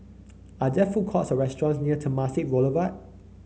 are there food courts or restaurants near Temasek Boulevard